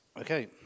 Okay